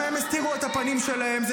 למה הם הסתירו את הפנים שלהם?